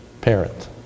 parent